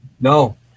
No